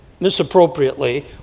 misappropriately